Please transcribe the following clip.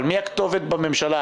אבל מי הכתובת בממשלה?